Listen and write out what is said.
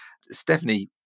Stephanie